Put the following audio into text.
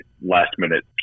last-minute